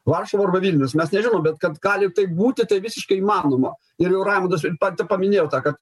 varšuva arba vilnius mes nežinom bet kad gali taip būti tai visiškai įmanoma ir jau raimondas pat i paminėjo tą kad